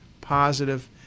positive